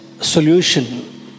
solution